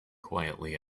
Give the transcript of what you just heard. quietly